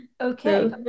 Okay